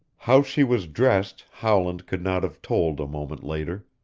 how she was dressed howland could not have told a moment later.